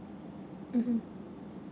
mmhmm